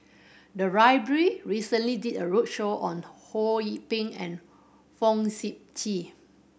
the library recently did a roadshow on Ho Yee Ping and Fong Sip Chee